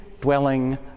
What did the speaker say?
dwelling